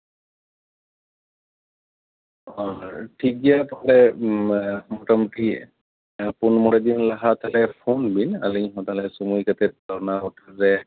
ᱚ ᱴᱷᱤᱠ ᱜᱮᱭᱟ ᱛᱟᱞᱦᱮ ᱢᱚᱴᱟᱢᱩᱴᱤ ᱯᱩᱱ ᱢᱚᱬᱮ ᱫᱤᱱ ᱞᱟᱦᱟ ᱛᱟᱞᱦᱮ ᱯᱷᱳᱱ ᱵᱮᱱ ᱟᱹᱞᱤᱧ ᱦᱚᱸ ᱛᱟᱞᱦᱮ ᱥᱚᱢᱚᱭ ᱠᱟᱛᱮ ᱚᱱᱟ ᱦᱳᱴᱮᱞ ᱨᱮ